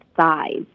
size